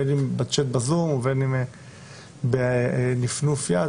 בין אם בזום ובין אם בנפנוף יד,